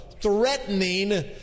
threatening